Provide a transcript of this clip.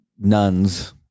nuns